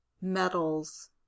metals